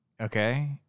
okay